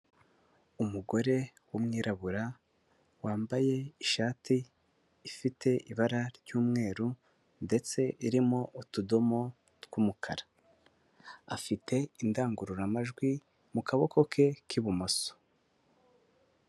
Umugore w'umwirabura wambaye ishati ifite ibara ry'umweru ndetse irimo utudomo tw'umukara afite indangururamajwi mu kaboko ke k'ibumoso.